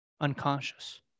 unconscious